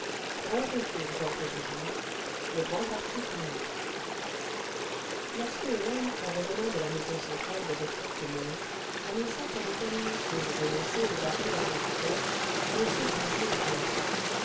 grand concours d'ordres du jour le grand parti féminin ors que hélène en revenant de la maison centrale de retraite de melun annonça sa détermination de renoncer au barreau à son tuteur m ponto bondit